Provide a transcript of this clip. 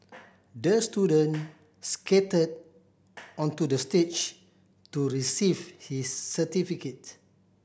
the student skated onto the stage to receive his certificate